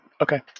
okay